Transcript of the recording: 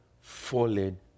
fallen